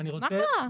מה קרה?